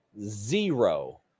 zero